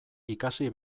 ikasi